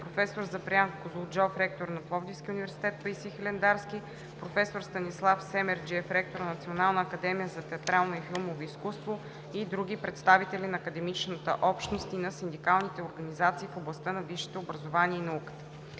проф. Запрян Козлуджов – ректор на Пловдивски университет „Паисий Хилендарски“, проф. Станислав Семерджиев – ректор на Националната академия за театрално и филмово изкуство, и други представители на академичната общност и на синдикалните организации в областта на висшето образование и науката.